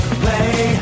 play